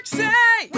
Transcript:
say